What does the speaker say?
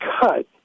cut